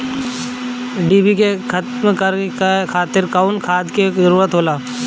डिभी के खत्म करे खातीर कउन खाद के जरूरत होला?